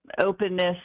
openness